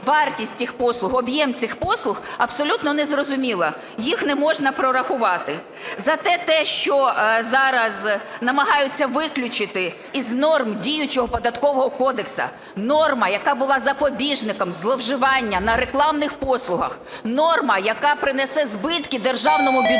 вартість цих послуг, об'єм цих послуг, абсолютно незрозуміло, їх не можна прорахувати. Зате те, що зараз намагаються виключити із норм діючого Податкового кодексу, норма, яка була запобіжником зловживання на рекламних послугах, норма, яка принесе збитки державному бюджету